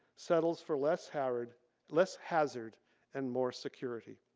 settles for less hazard less hazard and more security.